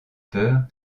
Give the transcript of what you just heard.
peurs